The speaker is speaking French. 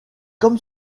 comme